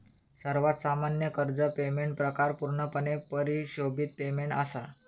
सर्वात सामान्य कर्ज पेमेंट प्रकार पूर्णपणे परिशोधित पेमेंट असा